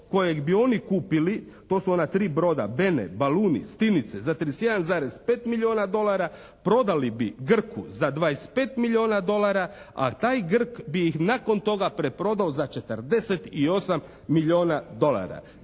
kojeg bi oni kupili, to su ona 3 broda "Bene", "Baluni", "Stinice" za 31,5 milijuna dolara. Prodali bi Grku za 25 milijuna dolara, a taj Grk bi ih nakon toga preprodao za 48 milijuna dolara.